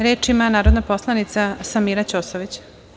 Reč ima narodna poslanica Samira Ćosović.